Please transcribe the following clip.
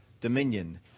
dominion